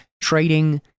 trading